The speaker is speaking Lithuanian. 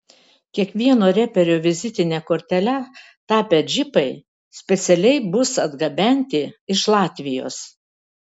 kiekvieno reperio vizitine kortele tapę džipai specialiai bus atgabenti iš latvijos